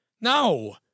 no